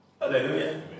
Hallelujah